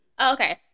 Okay